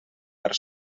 per